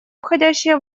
входящие